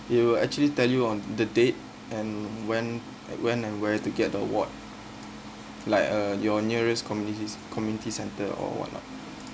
it will actually tell you on the date and when like when and where to get the award like uh your nearest communities community center or whatnot